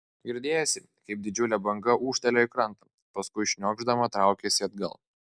girdėjosi kaip didžiulė banga ūžtelėjo į krantą paskui šniokšdama traukėsi atgal